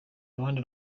ruhande